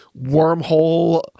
wormhole